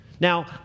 Now